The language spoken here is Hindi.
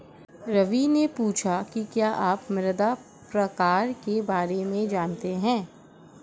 रवि ने पूछा कि क्या आप मृदा प्रकार के बारे में जानते है?